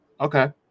Okay